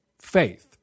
faith